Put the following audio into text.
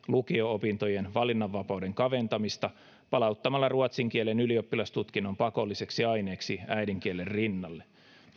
lukio opintojen valinnanvapauden kaventamista palauttamalla ruotsin kielen ylioppilastutkinnon pakolliseksi aineeksi äidinkielen rinnalle